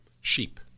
sheep